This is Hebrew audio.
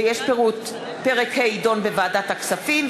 ויש פירוט: פרק ה' יידון בוועדת הכספים,